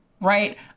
Right